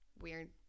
weird